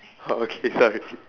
okay sorry